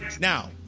Now